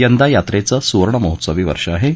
यंदा यात्रेचं सुवर्ण महोत्सवी वर्ष होतं